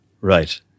Right